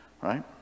right